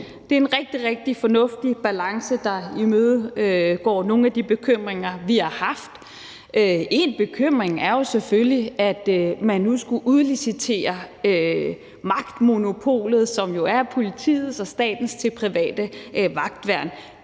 Det er en rigtig, rigtig fornuftig balance, der imødegår nogle af de bekymringer, vi har haft. En bekymring er selvfølgelig, at man nu skulle udlicitere magtmonopolet, som jo er politiets og statens, til private vagtværn.